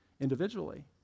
individually